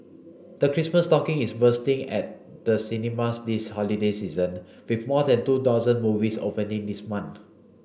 the Christmas stocking is bursting at the cinemas this holiday season with more than two dozen movies opening this month